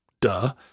duh